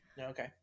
okay